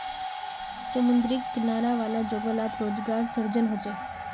समुद्री किनारा वाला जोगो लात रोज़गार सृजन होचे